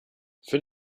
für